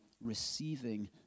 receiving